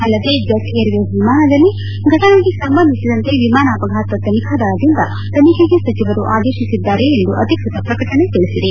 ಅಲ್ಲದೆ Jet Airways ವಿಮಾನದಲ್ಲಿ ಫಟನೆಗೆ ಸಂಬಂಧಿಸಿದಂತೆ ವಿಮಾನ ಅಪಘಾತ ತನಿಖಾ ದಳದಿಂದ ತನಿಖೆಗೆ ಸಚಿವರು ಆದೇಶಿಸಿದ್ದಾರೆ ಎಂದು ಅಧಿಕೃತ ಪ್ರಕಟಣೆ ತಿಳಿಸಿದೆ